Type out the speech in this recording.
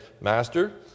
Master